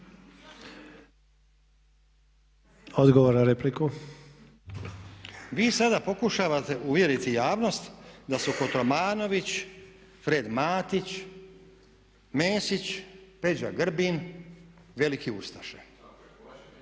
Nenad (SDP)** Vi sada pokušavate uvjeriti javnost da su Kotromanović, Fred Matić, Mesić, Peđa Grbin veliki ustaše.